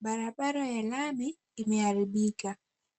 Barabara ya lami imeharibika.